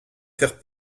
faire